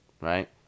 right